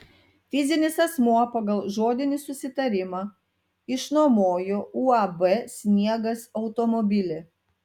fizinis asmuo pagal žodinį susitarimą išnuomojo uab sniegas automobilį